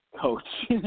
coach